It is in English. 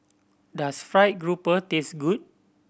does fried grouper taste good